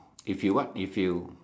if you what if you